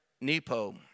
Nepo